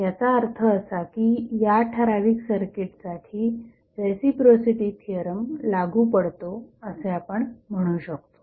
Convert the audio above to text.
याचा अर्थ असा की या ठराविक सर्किटसाठी रेसिप्रोसिटी थिअरम लागू पडतो असे आपण म्हणू शकतो